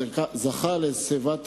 זכה לשיבה טובה,